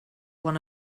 one